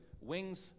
wings